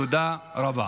תודה רבה.